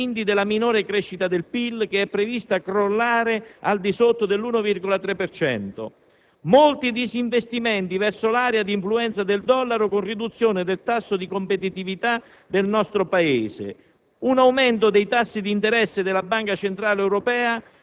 che si registreranno a causa della stagnazione economica e, quindi, della minore crescita del PIL che è prevista crollare al di sotto dell'1,3 per cento; molti disinvestimenti verso l'area di influenza del dollaro con riduzione del tasso di competitività del nostro Paese,